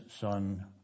son